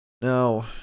No